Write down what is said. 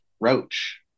Roach